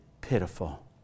Pitiful